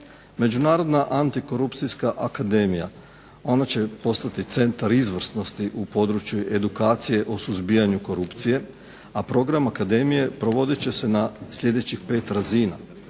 Međunarodna antikorupcijska akademija ona će postati centar izvrsnosti u području edukacije o suzbijanju korupcije, a program akademije provodit će se na sljedećih pet razina: